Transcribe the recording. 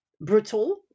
brutal